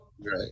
right